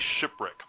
Shipwreck